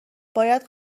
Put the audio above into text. باید